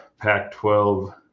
Pac-12